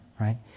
right